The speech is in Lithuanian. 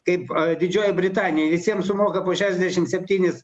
kaip didžioji britanija visiems sumoka po šešiasdešim septynis